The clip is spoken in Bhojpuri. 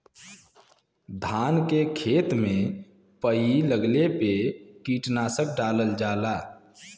धान के खेत में पई लगले पे कीटनाशक डालल जाला